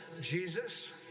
Jesus